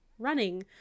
running